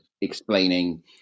explaining